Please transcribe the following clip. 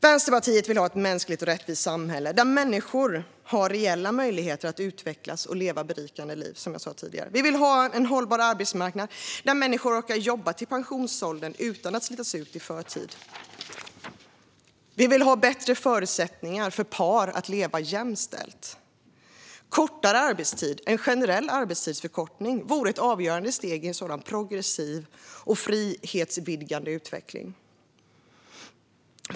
Vänsterpartiet vill ha ett mänskligt och rättvist samhälle där människor har reella möjligheter att utvecklas och leva berikande liv, som jag sa tidigare. Vi vill ha en hållbar arbetsmarknad där människor orkar jobba till pensionsåldern utan att slitas ut i förtid. Vi vill ha bättre förutsättningar för par att leva jämställt. Kortare arbetstid - en generell arbetstidsförkortning - vore ett avgörande steg i en sådan progressiv och frihetsvidgande utveckling.